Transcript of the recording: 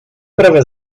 prawie